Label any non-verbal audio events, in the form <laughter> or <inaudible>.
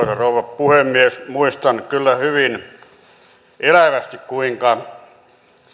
<unintelligible> rouva puhemies muistan kyllä hyvin elävästi kuinka